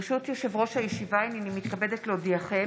ברשות יושב-ראש הישיבה, הינני מתכבדת להודיעכם,